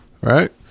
right